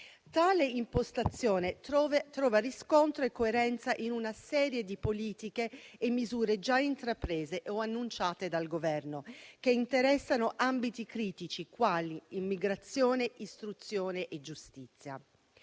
Tale impostazione trova riscontro e coerenza in una serie di politiche e misure già intraprese o annunciate dal Governo, che interessano ambiti critici quali immigrazione, istruzione e giustizia.